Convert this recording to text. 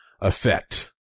effect